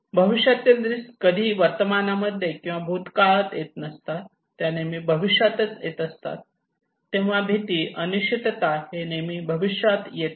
भविष्यातील रिस्क कधीही वर्तमानामध्ये किंवा भूतकाळात येत नसतात त्या नेहमी भविष्यातच येत असतात तेव्हा भीती अनिश्चितता हे नेहमी भविष्यात येत असते